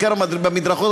בעיקר במדרכות,